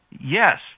yes